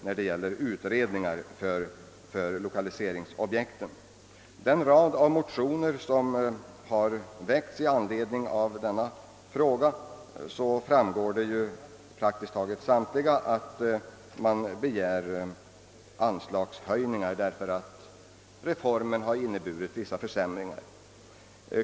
I praktiskt taget samtliga av den rad av motioner, som väckts i denna fråga, begärs anslagshöjningar på grund av att reformen inneburit försämringar.